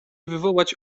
wywołać